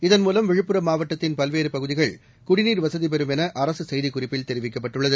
இதன்மூலம் விழுப்புரம் மாவட்டத்தின் பல்வேறு பகுதிகள் குடிநீர் வசதி பெறும் என அரசு செய்திக்குறிப்பில் தெரிவிக்கப்பட்டுள்ளது